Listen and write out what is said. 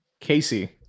Casey